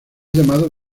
llamado